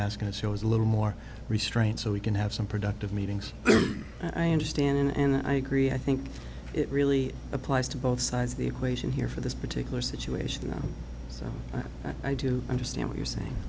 asking is he was a little more restrained so he can have some productive meetings and i understand and i agree i think it really applies to both sides of the equation here for this particular situation so i do understand what you're saying